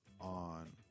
on